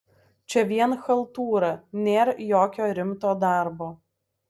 čia vien chaltūra nėr jokio rimto darbo